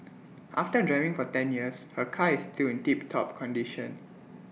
after driving for ten years her car is still in tiptop condition